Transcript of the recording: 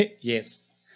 Yes